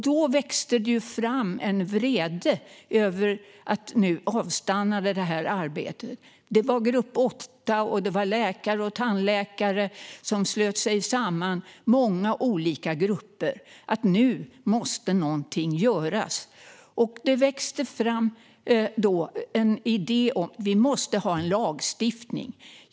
Då växte det fram en vrede över att arbetet avstannade. Det var Grupp 8, och det var läkare och tandläkare som slöt sig samman i många olika grupper som sa att nu måste något göras. Det växte fram en idé, att vi måste ha lagstiftning.